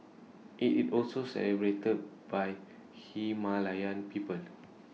IT it also celebrated by Himalayan peoples